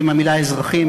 אם המילה אזרחים,